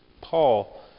Paul